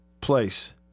place